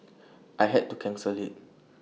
I had to cancel IT